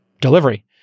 delivery